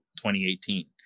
2018